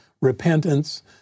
repentance